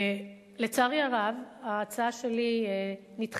לצערי הרב, ההצעה שלי נדחתה,